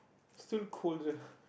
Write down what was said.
still cold sia